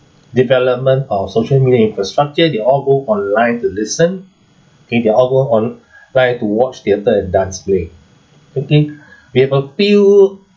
development of social media infrastructure they all go online to listen they all go online to watch theatre and dance play okay we have a few